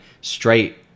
straight